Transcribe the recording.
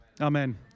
Amen